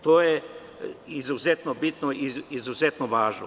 To je izuzetno bitno i izuzetno važno.